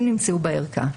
אם נמצאו בערכה,